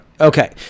Okay